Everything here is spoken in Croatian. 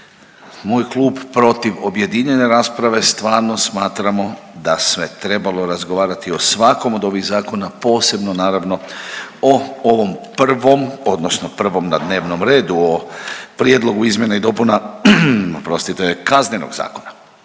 moj klub protiv objedinjene rasprave. Stvarno smatramo da se trebalo razgovarati o svakom od ovih zakona posebno naravno o ovom prvom odnosno prvom na dnevnom redu o prijedlogu izmjena i dopuna, oprostite, Kaznenog zakona.